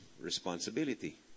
responsibility